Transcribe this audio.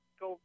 go